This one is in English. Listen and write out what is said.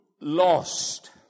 lost